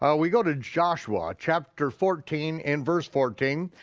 ah we go to joshua chapter fourteen in verse fourteen,